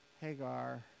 Hagar